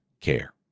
care